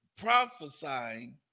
prophesying